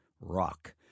rock